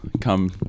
come